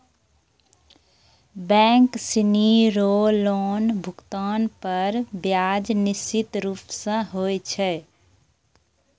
bank सिनी रो loan भुगतान पर ब्याज निश्चित रूप स होय छै